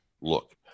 look